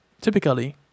typically